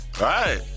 right